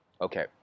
Okay